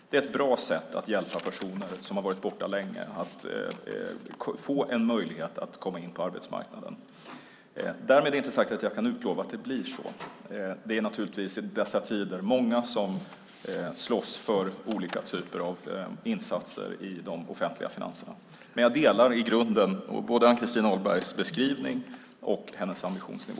Det är ett bra sätt att hjälpa personer som har varit borta länge att få en möjlighet att komma in på arbetsmarknaden. Därmed inte sagt att jag kan utlova att det blir så. I dessa tider är det många som slåss för olika typer av insatser i de offentliga finanserna. Men jag delar i grunden både Ann-Christin Ahlbergs beskrivning och hennes ambitionsnivå.